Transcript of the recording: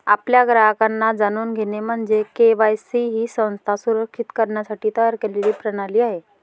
आपल्या ग्राहकांना जाणून घेणे म्हणजे के.वाय.सी ही संस्था सुरक्षित करण्यासाठी तयार केलेली प्रणाली आहे